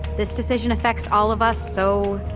this decision affects all of us so,